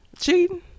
Cheating